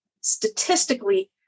Statistically